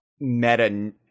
meta